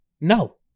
No